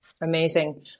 amazing